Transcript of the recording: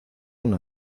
una